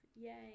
Yay